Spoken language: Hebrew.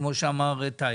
כמו שאמר טיירי,